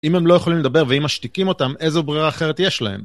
אם הם לא יכולים לדבר ואם משתיקים אותם, איזו ברירה אחרת יש להם?